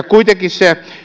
kuitenkin se